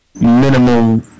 minimal